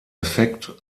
effekt